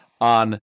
on